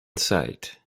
site